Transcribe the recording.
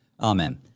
Amen